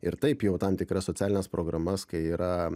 ir taip jau tam tikras socialines programas kai yra